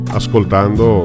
ascoltando